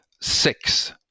six